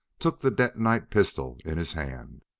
took the detonite pistol in his hand.